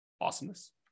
Awesomeness